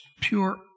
pure